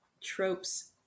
tropes